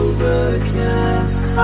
Overcast